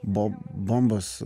buvo bombos